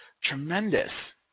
Tremendous